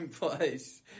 place